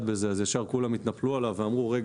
בזה ישר כולם התנפלו עליו ואמרו: רגע,